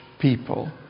people